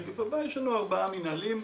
יש לנו ארבעה מינהלים.